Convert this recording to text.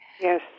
Yes